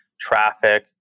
traffic